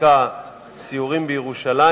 בחקיקה סיורים בירושלים,